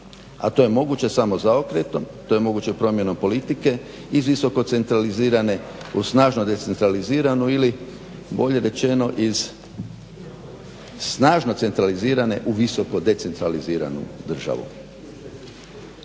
A to je moguće samo zaokretom, to je moguće promjenom politike iz visoko centralizirane u snažno decentraliziranu ili bolje rečeno iz snažno centralizirane u visoko decentraliziranu državu.